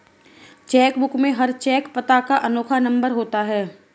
check book में हर cheque पता का अनोखा नंबर होता है